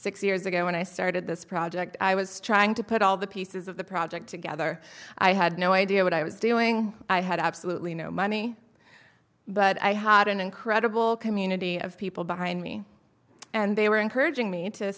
six years ago when i started this project i was trying to put all the pieces of the project together i had no idea what i was doing i had absolutely no money but i had an incredible community of people behind me and they were encouraging me to